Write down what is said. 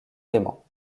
dément